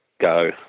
go